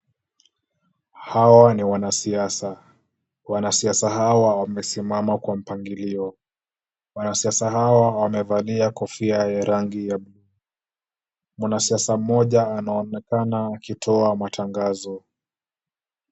Hawa ni wanasiasa ,wanasiasa hawa wamesimama kwa mpangilio, wanasiasa hawa wamevalia kofia ya rangi ya , mwanasiasa mmoja anaonekana akitoa matangazo .